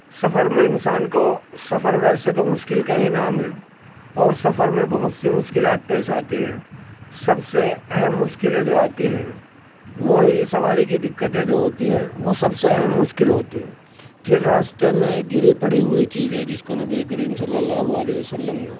سفر میں انسان کو سفر ویسے تو مشکل کا ہی نام ہے اور سفر میں بہت سی مشکلات پیش آتی ہے سب سے اہم مشکلیں جو آتی ہیں وہی سواری کی دقتیں جو ہوتی ہیں وہ سب سے اہم مشکل ہوتی ہے پھر راستے میں گری پڑی ہوئی چیزیں جس کو نبی کریم صلی اللہ علیہ وسلم نے